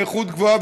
באיכות גבוהה,